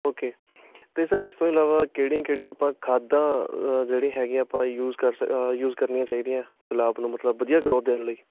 okay ਅਤੇ sir ਇਸ ਤੋਂ ਇਲਾਵਾ ਕਿਹੜੀਆਂ ਕਿਹੜੀਆਂ ਆਪਾਂ ਖਾਦਾਂ ਜਿਹੜੀ ਹੈਗੀਆਂ ਆਪਾਂ ਯੂਸ ਕਰ ਸਕ ਯੂਸ ਕਰਨੀਆਂ ਚਾਹੀਦੀਆਂ ਗੁਲਾਬ ਨੂੰ ਮਤਲਬ ਵਧੀਆ ਗਰੋਥ ਦੇਣ ਲਈ